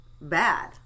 bad